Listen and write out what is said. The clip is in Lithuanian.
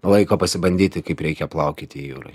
laiko pasibandyti kaip reikia plaukioti jūroj